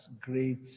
great